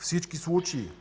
Всички случаи